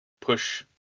push